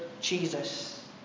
Jesus